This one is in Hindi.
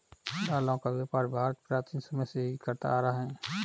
दालों का व्यापार भारत प्राचीन समय से ही करता आ रहा है